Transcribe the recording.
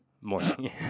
morning